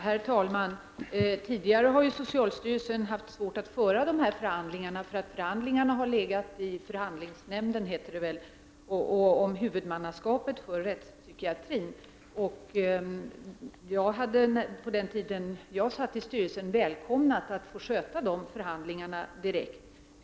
Herr talman! Socialstyrelsen har tidigare haft svårt att föra förhandlingar. Frågan om huvudmannaskapet för rättspsykiatrin har tidigare legat hos förhandlingsnämnden. På den tiden jag satt i socialstyrelsen hade jag välkomnat att få sköta de förhandlingarna direkt.